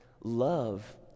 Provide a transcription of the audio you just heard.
Love